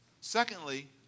Secondly